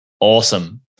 Awesome